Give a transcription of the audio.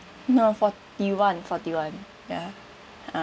no forty-one forty-one ya ah